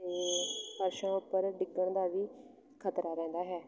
ਅਤੇ ਫਰਸ਼ਾਂ ਉੱਪਰ ਡਿੱਗਣ ਦਾ ਵੀ ਖਤਰਾ ਰਹਿੰਦਾ ਹੈ